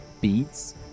beads